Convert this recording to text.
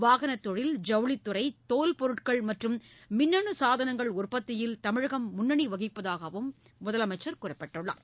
வாகனத் தொழில் ஐவுளித் துறை தோல் பொருட்கள் மற்றும் மின்னனு சாதனங்கள் உற்பத்தியில் தமிழகம் முன்னணி வகிப்பதாக அவர் குறிப்பிட்டார்